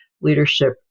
leadership